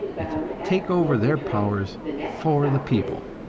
and take over their power for the people.